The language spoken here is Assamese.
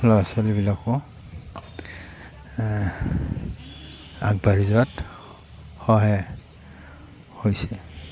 ল'ৰা ছোৱালীবিলাকো আগবাঢ়ি যোৱাত সহায় হৈছে